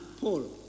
Paul